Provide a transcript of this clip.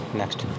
next